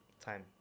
Time